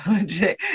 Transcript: okay